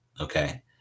Okay